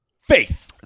Faith